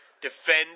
defend